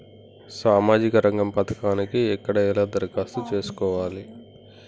సామాజిక రంగం పథకానికి ఎక్కడ ఎలా దరఖాస్తు చేసుకోవాలి?